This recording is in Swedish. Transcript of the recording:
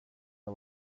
jag